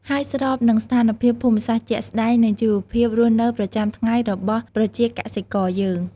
ហើយស្រប នឹងស្ថានភាពភូមិសាស្ត្រជាក់ស្តែង និងជីវភាពរស់នៅប្រចាំថ្ងៃរបស់ប្រជាកសិករយើង។